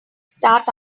start